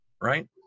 right